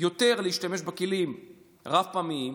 להשתמש יותר בכלים רב-פעמיים,